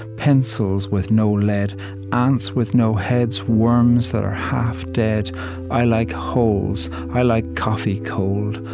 pencils with no lead ants with no heads, worms that are half dead i like holes, i like coffee cold.